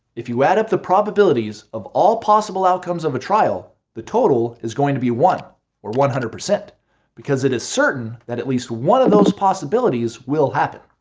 if you add up the probabilities of all possible outcomes of a trial, the total is going to be one or one hundred percent because it is certain that at least one of those possibilities will happen.